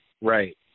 right